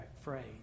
phrase